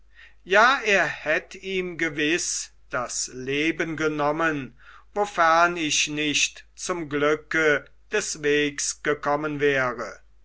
ja er hätt ihm gewiß das leben genommen wofern ich nicht zum glücke des wegs gekommen wäre